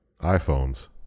iPhones